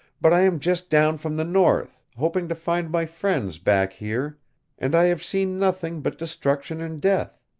but i am just down from the north, hoping to find my friends back here and i have seen nothing but destruction and death.